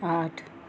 आठ